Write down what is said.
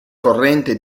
corrente